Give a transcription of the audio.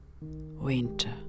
winter